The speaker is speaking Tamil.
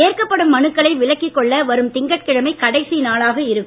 ஏற்கப்படும் மனுக்களை விலக்கிக் கொள்ள வரும் திங்கட்கிழமை கடைசி நாளாக இருக்கும்